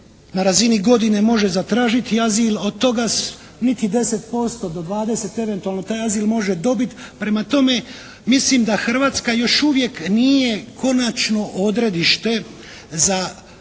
na razini godine može zatražiti azil, od toga niti 10% do 20 eventualno taj azil može dobiti. Prema tome mislim da Hrvatska još uvijek nije konačno odredište za